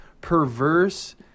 perverse